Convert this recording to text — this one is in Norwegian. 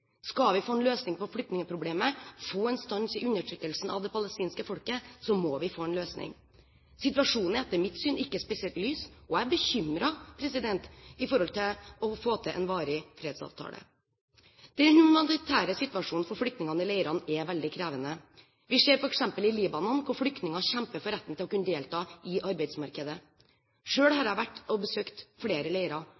Skal vi få en løsning på flyktningproblemet, få en stans i undertrykkelsen av det palestinske folket, så må vi få en løsning. Situasjonen er etter mitt syn ikke spesielt lys, og jeg er bekymret med tanke på å få til en varig fredsavtale. Den humanitære situasjonen for flyktningene i leirene er veldig krevende. Vi ser f.eks. i Libanon hvordan flyktningene kjemper for retten til å kunne delta i arbeidsmarkedet. Selv har